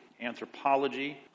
Anthropology